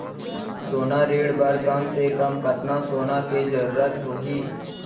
सोना ऋण बर कम से कम कतना सोना के जरूरत होही??